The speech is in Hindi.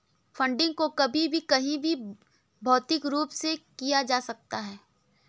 फंडिंग को कभी भी कहीं भी भौतिक रूप से किया जा सकता है